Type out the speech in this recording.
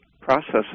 processes